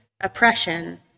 oppression